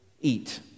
eat